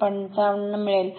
55 मिळेल